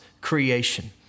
creation